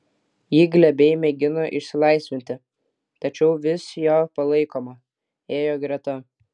ji glebiai mėgino išsilaisvinti tačiau vis jo palaikoma ėjo greta